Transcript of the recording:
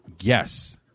yes